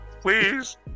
Please